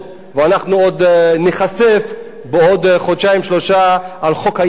ואנחנו עוד ניחשף בעוד חודשיים-שלושה לחוק היערות